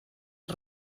als